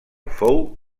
fou